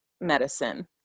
medicine